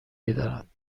دارند